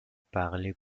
parlé